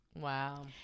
wow